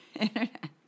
internet